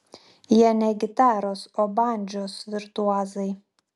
jie ne gitaros o bandžos virtuozai